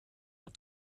had